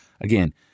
Again